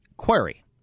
query